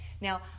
now